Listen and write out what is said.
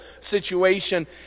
situation